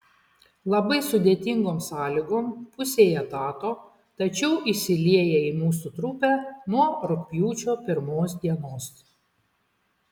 labai sudėtingom sąlygom pusei etato tačiau įsilieja į mūsų trupę nuo rugpjūčio pirmos dienos